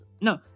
no